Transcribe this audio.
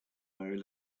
very